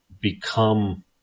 become